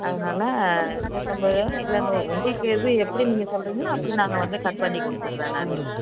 அதனால நூற்றம்பதோ இல்லை நூறு உங்களுக்கு எது எப்படி நீங்கள் சொல்றீங்களோ அப்படி நாங்கள் வந்து கட் பண்ணி கொடுத்துட்றேன் நான்